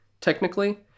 technically